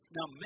Now